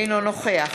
אינו נוכח